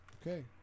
Okay